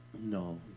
No